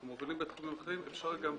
אנחנו מובילים בתחומים אחרים, אפשר גם פה.